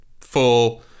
full